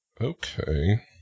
Okay